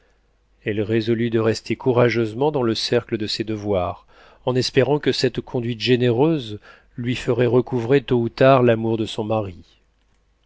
elle résolut de rester courageusement dans le cercle de ses devoirs en espérant que cette conduite généreuse lui ferait recouvrer tôt ou tard l'amour de son mari